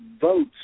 votes